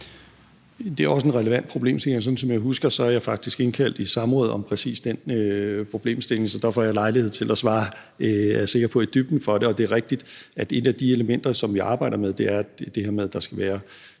Det er også en relevant problemstilling, og sådan som jeg husker det, er jeg faktisk indkaldt i samråd om præcis den problemstilling, så der får jeg lejlighed til at svare på det i dybden, er jeg sikker på. Og det er rigtigt, at et af de elementer, som vi arbejder med, er det her, der drejer